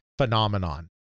phenomenon